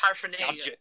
Paraphernalia